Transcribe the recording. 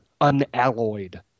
unalloyed